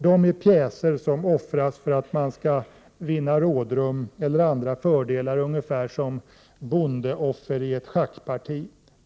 De är pjäser som offras för att man skall kunna vinna rådrum eller andra fördelar, ungefär som ett bondeoffer i ett schackparti.